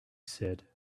said